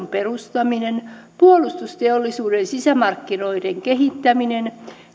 perustaminen puolustusteollisuuden sisämarkkinoiden kehittäminen